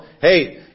hey